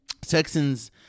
Texans